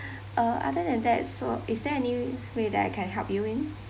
uh other than that so is there any way that I can help you in